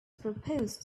proposed